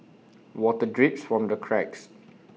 water drips from the cracks